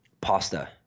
Pasta